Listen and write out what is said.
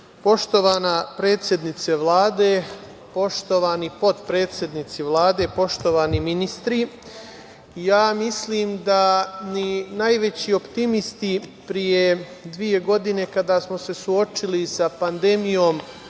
poštovana predsednice Vlade, poštovani potpredsednici Vlade i poštovani ministri, ja mislim da ni najveći optimisti pre dve godine kada smo se suočili sa pandemijom